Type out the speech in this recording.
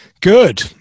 Good